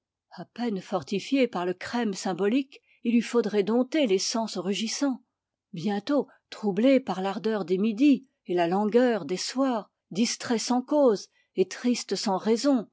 à peine fortifié par le chrême symbolique il lui faudrait dompter les sens rugissants bientôt troublé par l'ardeur des midis et la langueur des soirs distrait sans cause et triste sans raison